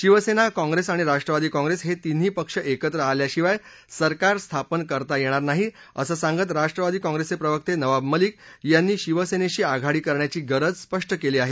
शिवसेना काँग्रेस आणि राष्ट्रवादी काँप्रेस हे तीन्ही पक्ष एकत्र आल्याशिवाय सरकार स्थापन करता येणार नाही असं सांगत राष्ट्रवादी काँप्रेसचे प्रवक्ते नवाब मलिक यांनी शिवसेनेशी आघाडी करण्याची गरज स्पष्ट केली आहे